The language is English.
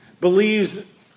believes